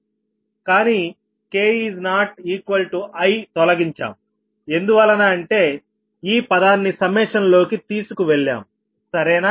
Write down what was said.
కానీk≠i తొలగించాం ఎందువలన అంటే ఈ పదాన్ని సమ్మేషన్ లోకి తీసుకువెళ్లాము సరేనా